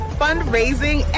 fundraising